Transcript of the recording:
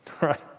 right